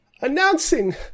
announcing